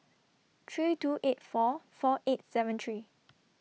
three two eight four four eight seven three